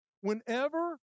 Whenever